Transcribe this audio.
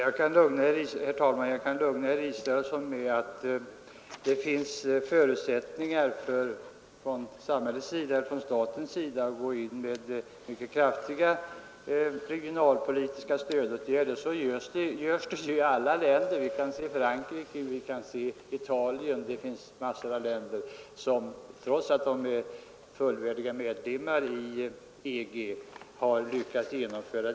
Herr talman! Jag kan lugna herr Israelsson med att det finns förutsättningar för staten att gå in med mycket kraftiga regionalpolitiska stödåtgärder. Så sker ju i alla länder. Frankrike och Italien har t.ex. lyckats genomföra en sådan politik trots att de är fullvärdiga medlemmar i EG.